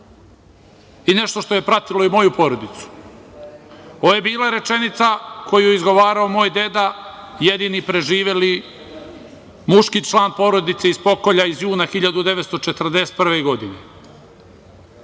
i nešto što je pratilo i moju porodicu. Ovo je bila rečenica koju je izgovarao moj deda, jedini preživeli muški član porodice iz pokolja iz jula 1941.